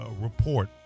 report